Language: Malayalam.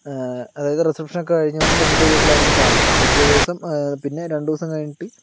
അതായത് റിസപ്ഷൻ ഒക്കെ കഴിഞ്ഞ് വന്ന് പെണ്ണിൻറെ വീട്ടിലായിരിക്കും താമസം പിറ്റേദിവസം പിന്നെ രണ്ടുസം കഴിഞ്ഞിട്ട്